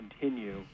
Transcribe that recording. continue